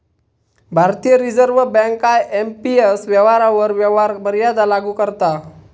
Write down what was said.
भारतीय reserve bank IMPS व्यवहारांवर व्यवहार मर्यादा लागू करता